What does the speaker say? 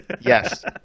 Yes